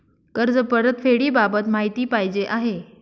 कर्ज परतफेडीबाबत माहिती पाहिजे आहे